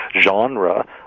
genre